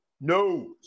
no